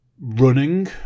running